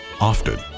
Often